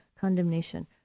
condemnation